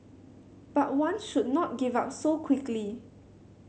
but one should not give up so quickly